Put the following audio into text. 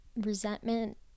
resentment